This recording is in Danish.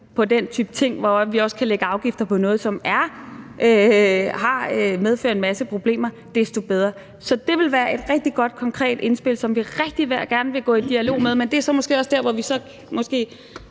på den type ting og ved at lægge afgifter på noget, som medfører en masse problemer, desto bedre er det. Så det vil være et rigtig godt konkret indspil, som vi rigtig gerne vil gå i dialog om, men det er så måske også dér, hvor der bliver